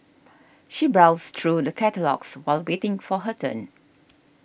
she browsed through the catalogues while waiting for her turn